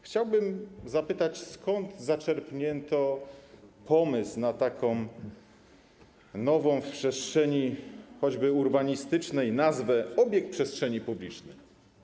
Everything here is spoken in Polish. Chciałbym zapytać, skąd zaczerpnięto pomysł na taką nową, choćby w przestrzeni urbanistycznej, nazwę: obiekt przestrzeni publicznej.